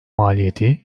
maliyeti